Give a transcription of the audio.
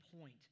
point